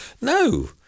no